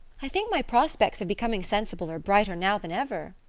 i think my prospects of becoming sensible are brighter now than ever.